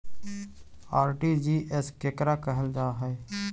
RTGS केकरा कहल जा है?